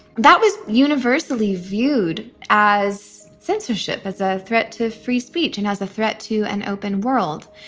that was universally viewed as censorship, as a threat to free speech and as a threat to an open world,